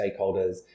stakeholders